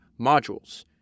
modules